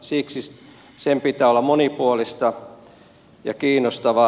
siksi sen pitää olla monipuolista ja kiinnostavaa